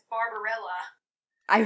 Barbarella